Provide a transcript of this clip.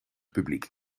publiek